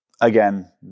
again